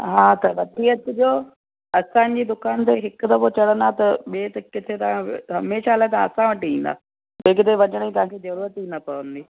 हा त वठी अचिजो असांजी दुकान ते हिक दफ़ो चढ़ंदा त ॿिए त किथे तव्हां हमेशह लाइ तव्हां असां वटि ई ईंदा ॿिए किथे वञण जी तव्हांखे जरूरत ई न पवंदी